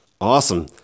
Awesome